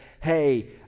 hey